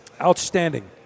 Outstanding